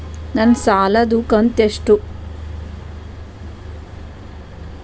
ನನ್ನ ಸಾಲದು ಕಂತ್ಯಷ್ಟು?